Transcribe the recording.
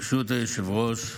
ברשות היושב-ראש,